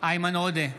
איימן עודה,